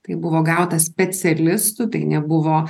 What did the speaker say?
tai buvo gauta specialistų tai nebuvo